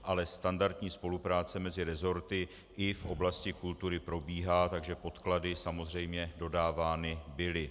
Ale standardní spolupráce mezi resorty i v oblasti kultury probíhá, takže podklady samozřejmě dodávány byly.